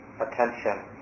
attention